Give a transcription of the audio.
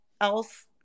else